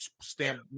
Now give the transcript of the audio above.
stand